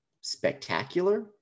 spectacular